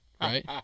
Right